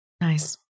Nice